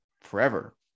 forever